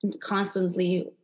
constantly